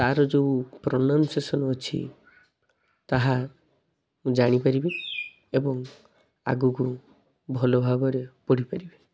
ତାର ଯେଉଁ ପ୍ରୋନାଉନସିଏସନ ଅଛି ତାହା ମୁଁ ଜାଣିପାରିବି ଏବଂ ଆଗକୁ ଭଲ ଭାବରେ ପଢ଼ି ପାରିବି